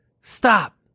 stop